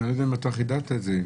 אי לא יודע אם חידדת את זה,